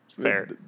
Fair